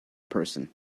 person